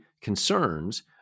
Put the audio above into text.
concerns